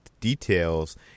details